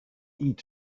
eat